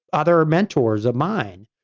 other mentors of mine,